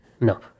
No